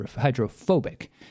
hydrophobic